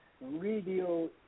radio